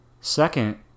second